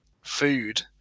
food